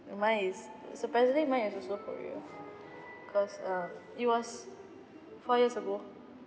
mine is surprisingly mine is also Korea cause um it was four years ago